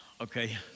Okay